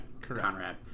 Conrad